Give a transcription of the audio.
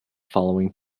following